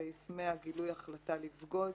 סעיף 100 "גילוי החלטה לבגוד"